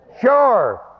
Sure